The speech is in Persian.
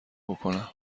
بکنم